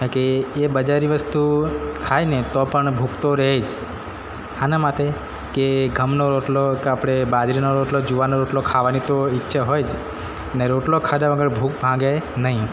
કારણ કે એ બજારી વસ્તુ ખાય ને તો પણ ભૂખ તો રહે જ શાના માટે કે ઘઉંનો રોટલો કાં આપણે બાજરીનો રોટલો જુવારનો રોટલો ખાવાની તો ઈચ્છા હોય જ ને રોટલો ખાધા વગર ભૂખ ભાંગે નહીં